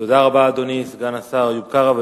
תודה רבה, אדוני סגן השר איוב קרא.